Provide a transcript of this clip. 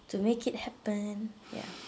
to make it happen ya